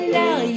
now